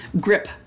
grip